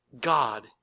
God